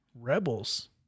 Rebels